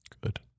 Good